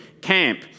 camp